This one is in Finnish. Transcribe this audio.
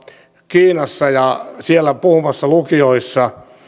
kiinassa ja siellä puhumassa lukioissa